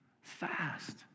fast